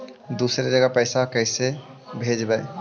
दुसरे जगह पैसा कैसे भेजबै?